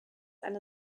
eine